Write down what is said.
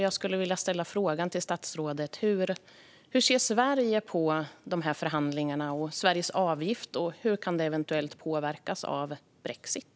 Jag skulle vilja fråga statsrådet: Hur ser Sverige på de här förhandlingarna och på Sveriges avgift? Hur kan det här eventuellt påverkas av brexit?